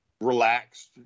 relaxed